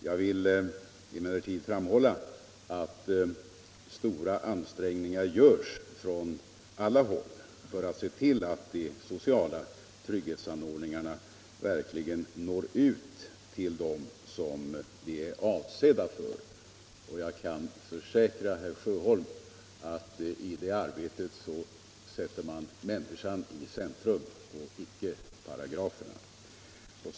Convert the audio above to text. Jag vill emellertid framhålla att stora ansträngningar görs från alla håll för att se till att de sociala trygghetsanordningarna verkligen når ut till dem som de är avsedda för, och jag kan försäkra herr Sjöholm att i det arbetet sätter man människan i centrum och icke paragraferna.